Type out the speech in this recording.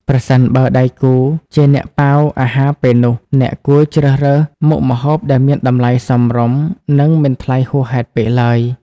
ប្រសិនបើដៃគូជាអ្នកប៉ាវអាហារពេលនោះ អ្នកគួរជ្រើសរើសមុខម្ហូបដែលមានតម្លៃសមរម្យ និងមិនថ្លៃហួសហេតុពេកឡើយ។